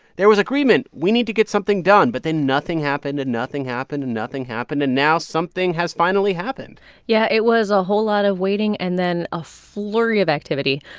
there was agreement we need to get something done. but then nothing happened and nothing happened and nothing happened. and now, something has finally happened yeah. it was a whole lot of waiting and then a flurry of activity.